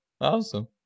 awesome